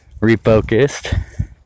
refocused